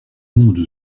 monde